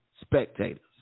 spectators